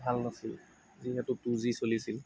ভাল নাছিল যিহেতু টু জি চলিছিল